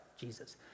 Jesus